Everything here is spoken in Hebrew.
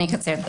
אני אקצר,